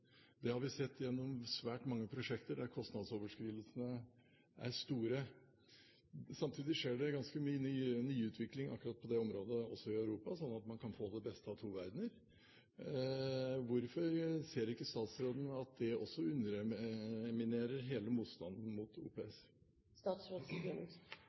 Det har vi sett gjennom svært mange prosjekter der kostnadsoverskridelsene er store. Samtidig skjer det ganske mye nyutvikling akkurat på det området også i Europa, sånn at man kan få det beste av to verdener. Hvorfor ser ikke statsråden at det også underminerer hele motstanden mot